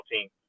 team